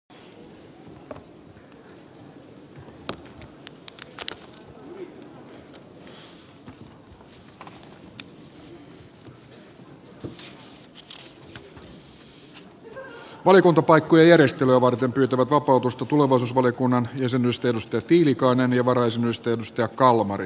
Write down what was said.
valiokuntapaikkojen järjestelyä varten pyytävät vapautusta tulevaisuusvaliokunnan jäsenyydestä kimmo tiilikainen ja varajäsenyydestä anne kalmari